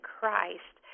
Christ